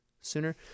sooner